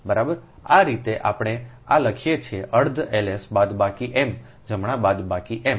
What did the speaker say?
બરાબર આ રીતે આપણે આ લખીએ છીએ અર્ધ Ls બાદબાકી M જમણા બાદબાકી M